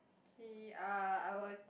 actually uh I would